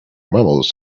mammals